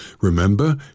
Remember